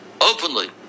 openly